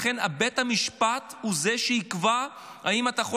לכן בית המשפט הוא זה שיקבע אם אתה יכול